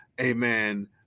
amen